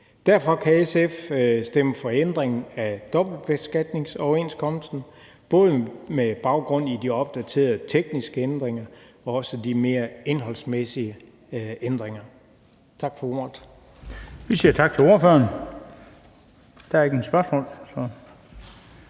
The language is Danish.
Derfor kan SF stemme for ændringen af dobbeltbeskatningsoverenskomsten, både med baggrund i de opdaterede tekniske ændringer og også de mere indholdsmæssige ændringer.